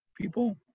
people